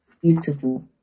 beautiful